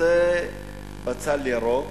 זה בצל ירוק,